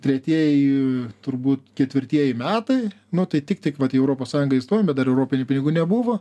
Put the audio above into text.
tretieji turbūt ketvirtieji metai nu tai tik tik vat į europos sąjungą įstojom bet dar europinių pinigų nebuvo